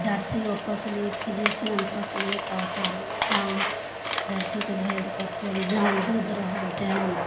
जर्सियो पोसली फिजियन पोसली तऽ ओकर दाम जर्सीके भेल तऽ ओक्कर जेहन दूध रहल तेहन